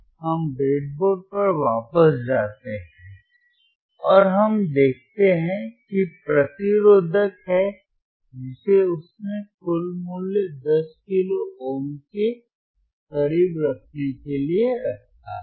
आइए हम ब्रेडबोर्ड पर वापस जाते हैं और हम देखते हैं कि प्रतिरोधक है जिसे उसने कुल मूल्य 10 किलो ओम के करीब रखने के लिए रखा है